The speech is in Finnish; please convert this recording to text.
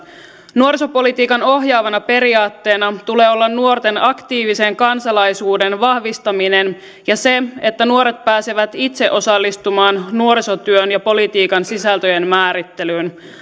nuorisopolitiikan ohjaavana periaatteena tulee olla nuorten aktiivisen kansalaisuuden vahvistaminen ja se että nuoret pääsevät itse osallistumaan nuorisotyön ja politiikan sisältöjen määrittelyyn